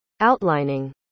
outlining